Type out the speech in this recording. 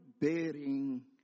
bearing